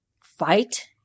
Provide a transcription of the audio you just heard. fight